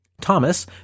Thomas